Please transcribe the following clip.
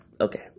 okay